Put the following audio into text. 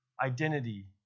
identity